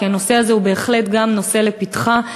כי הנושא הזה הוא בהחלט נושא לפתחה,